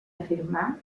afirmà